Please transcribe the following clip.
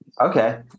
Okay